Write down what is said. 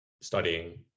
studying